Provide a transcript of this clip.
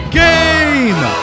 game